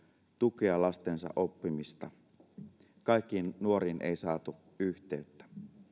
tukea lastensa oppimista kaikkiin nuoriin ei saatu yhteyttä